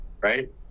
right